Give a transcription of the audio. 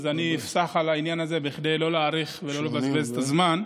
אז אני אפסח על העניין הזה כדי לא להאריך ולא לבזבז את הזמן.